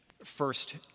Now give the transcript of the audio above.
First